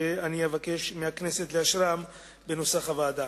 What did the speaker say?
ואני אבקש מהכנסת לאשרם כנוסח הוועדה.